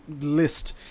list